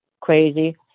crazy